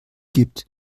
gibt